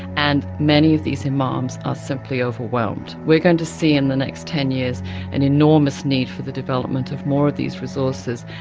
and many of these imams are simply overwhelmed. we're going to see in the next ten years an enormous need for the development of more of these resources,